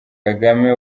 kagame